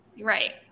Right